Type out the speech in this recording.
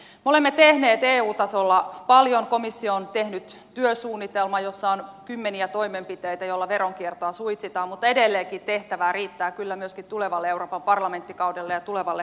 me olemme tehneet eu tasolla paljon komissio on tehnyt työsuunnitelman jossa on kymmeniä toimenpiteitä joilla veronkiertoa suitsitaan mutta edelleenkin tehtävää riittää kyllä myöskin tulevalle euroopan parlamenttikaudelle ja tulevalle komissiolle